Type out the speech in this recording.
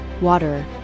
water